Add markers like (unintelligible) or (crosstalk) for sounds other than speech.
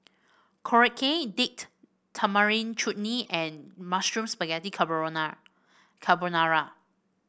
Korokke Date Tamarind Chutney and Mushroom Spaghetti (unintelligible) Carbonara